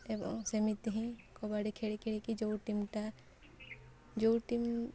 ଏବଂ ସେମିତି ହିଁ କବାଡ଼ି ଖେଳି ଖେଳିକି ଯେଉଁ ଟିମ୍ଟା ଯେଉଁ ଟିମ୍